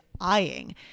eyeing